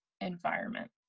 environment